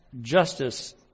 justice